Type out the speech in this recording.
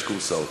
יש כורסאות.